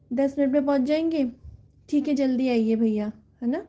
दस मिनट में पहुँच जाएंगे ठीक है जल्दी आइए भैया है न